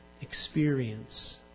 experience